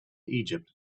egypt